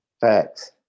Facts